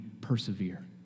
persevere